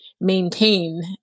maintain